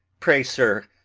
pray, sir,